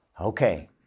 Okay